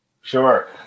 Sure